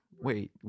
wait